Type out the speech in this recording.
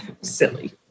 silly